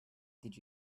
did